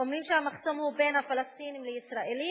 אומרים שהמחסום הוא בין הפלסטינים לישראלים,